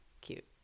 cute